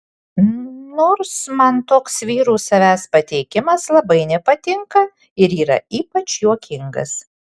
nors man toks vyrų savęs pateikimas labai nepatinka ir yra ypač juokingas